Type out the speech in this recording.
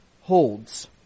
holds